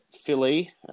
Philly